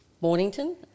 Mornington